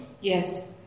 Yes